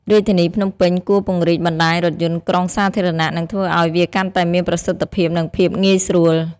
រាជធានីភ្នំពេញគួរពង្រីកបណ្តាញរថយន្តក្រុងសាធារណៈ និងធ្វើឱ្យវាកាន់តែមានប្រសិទ្ធភាព និងភាពងាយស្រួល។